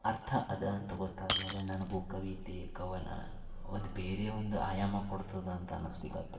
ಅರ್ಥ ಅದ ಅಂತ ಗೊತ್ತಾದ ಮೇಲೆ ನನಗೂ ಕವಿತೆ ಕವನ ಅದು ಬೇರೆ ಒಂದು ಆಯಾಮ ಕೊಡ್ತದಂತ ಅನ್ನಿಸ್ಲಿಕಾತು